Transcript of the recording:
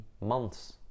months